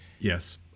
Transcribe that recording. yes